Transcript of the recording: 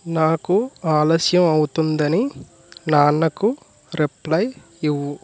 నాకు ఆలస్యం అవుతుందని నాన్నకు రిప్లై ఇవ్వు